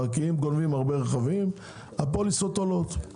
כי אם גונבים הרבה רכבים הפוליסות עולות,